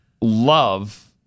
love